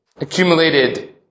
accumulated